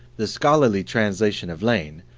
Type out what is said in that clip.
the scholarly translation of lane,